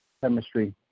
chemistry